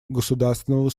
государственного